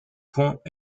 point